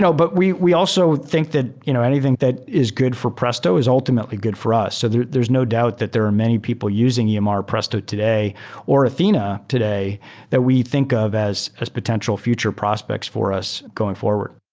but we we also think that you know anything that is good for presto is ultimately good for us. so there's there's no doubt that there are many people using yeah emr presto today or athena today that we think of as as potential future prospects for us going forward.